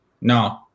no